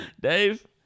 Dave